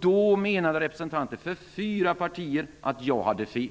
Då menade representanter för fyra partier att jag hade fel.